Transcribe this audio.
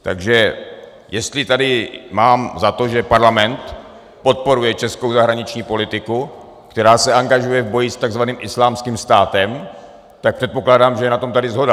Takže jestli tady mám za to, že parlament podporuje českou zahraniční politiku, která se angažuje v boji s tzv. Islámským státem, tak předpokládám, že je na tom tady shoda.